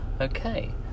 Okay